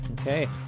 Okay